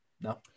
No